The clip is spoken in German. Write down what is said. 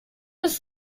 ist